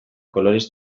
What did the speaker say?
kolorez